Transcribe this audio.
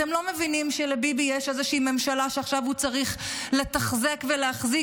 אתם לא מבינים שלביבי יש איזושהי ממשלה שהוא צריך לתחזק ולהחזיק?